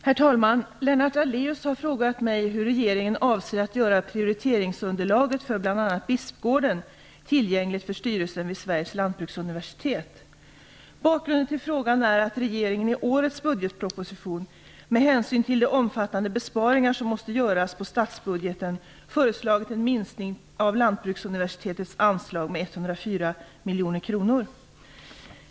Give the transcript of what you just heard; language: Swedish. Herr talman! Lennart Daléus har frågat mig hur regeringen avser att göra prioritetsunderlaget för bl.a. Bakgrunden till frågan är att regeringen i årets budgetproposition med hänsyn till de omfattande besparingar som måste göras på statsbudgeten föreslagit en miskning av Lantbruksuniversitetets anslag med 104 miljoner kronor.